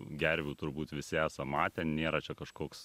gervių turbūt visi esam matę nėra čia kažkoks